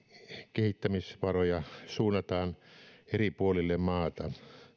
kehittämisvaroja suunnataan eri puolille maata näin